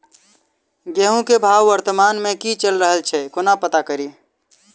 गेंहूँ केँ भाव वर्तमान मे की चैल रहल छै कोना पत्ता कड़ी?